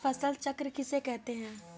फसल चक्र किसे कहते हैं?